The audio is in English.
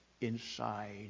inside